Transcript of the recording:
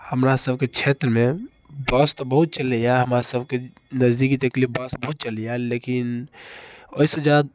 हमरा सबके क्षेत्रमे बस तऽ बहुत चलैए हमरा सबके नजदीकी तकके लिए बस तऽ बहुत चलैए लेकिन ओहिसँ जा